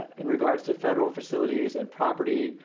in regards to federal facilities and property.